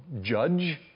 judge